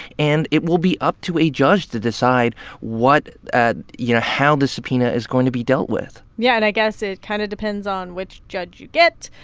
and it will be up to a judge to decide what, and you know, how this subpoena is going to be dealt with yeah. and i guess it kind of depends on which judge you get.